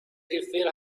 refilled